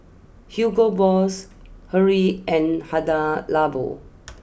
Hugo Boss Hurley and Hada Labo